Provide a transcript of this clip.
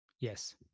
Yes